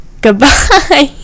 Goodbye